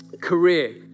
Career